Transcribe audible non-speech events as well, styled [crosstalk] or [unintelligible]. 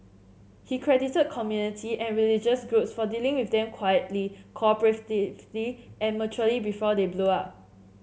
he credited community and religious [unintelligible] for dealing with them quietly cooperatively and maturely before they blow up